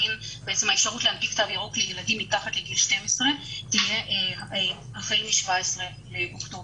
האפשרות להנפיק תו ירוק לילדים מתחת לגיל 12 תהיה החל מ-17 באוקטובר.